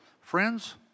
Friends